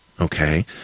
Okay